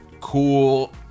cool